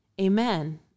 Amen